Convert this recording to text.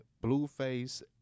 Blueface